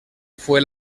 fue